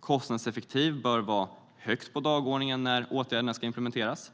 Kostnadseffektivitet bör vara högt på dagordningen när åtgärderna ska implementeras.